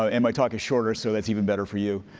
ah and my talk is shorter, so that's even better for you.